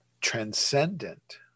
transcendent